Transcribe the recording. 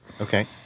Okay